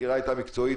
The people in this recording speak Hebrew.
הסקירה הייתה מקצועית,